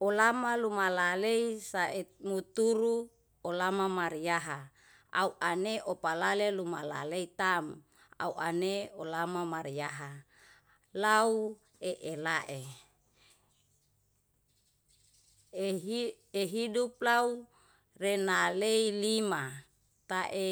ulama luma lalei saet muturu olama mariayaha. Au ane opalale luma laleitam auane olama mariyaha, lau eelae. Ehi ehidup lau renalei lima tae.